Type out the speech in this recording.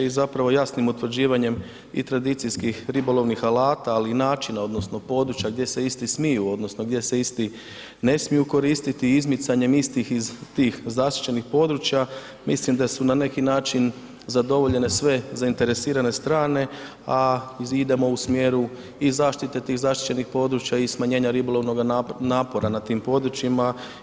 I zapravo jasnim utvrđivanjem i tradicijskih ribolovnih alata ali i načina odnosno područja gdje se isti smiju odnosno gdje se isti ne smiju koristiti i izmicanjem istih iz tih zaštićenih područja mislim da su na neki način zadovoljene sve zainteresirane strane a i idemo u smjeru i zaštite tih zaštićenih područja i smanjenja ribolovnoga napora na tim područjima.